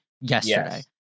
yesterday